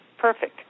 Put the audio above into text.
perfect